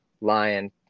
lion